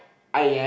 I am